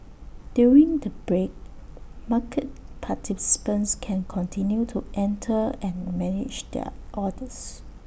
during the break market participants can continue to enter and manage their orders